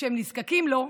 וכשהם נזקקים לו,